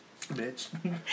Bitch